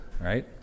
right